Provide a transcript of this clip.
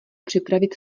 připravit